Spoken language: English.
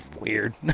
weird